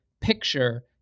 picture